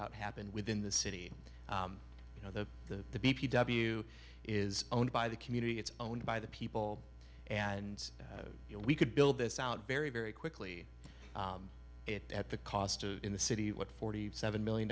out happen within the city you know the the the b p w is owned by the community it's owned by the people and you know we could build this out very very quickly it at the cost of in the city what forty seven million